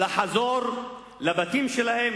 לחזור לבתים שלהם,